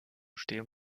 stehen